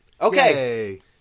okay